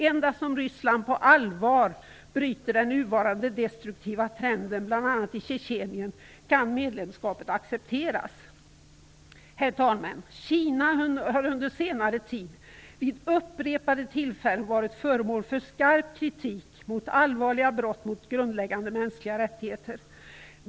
Endast om Ryssland på allvar bryter den nuvarande destruktiva trenden, bl.a. i Tjetjenien, kan medlemskapet accepteras. Fru talman! Kina har under senare tid vid upprepade tillfällen varit föremål för skarp kritik mot allvarliga brott mot grundläggande mänskliga rättigheter.